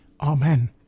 amen